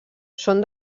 són